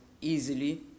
easily